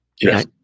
Yes